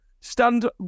stand